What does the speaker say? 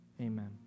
amen